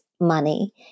money